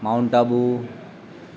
mount Abu